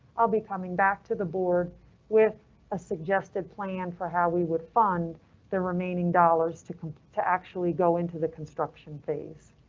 i'll be coming back to the board with a suggested plan for how we would fund the remaining dollars to to actually go into the construction phase.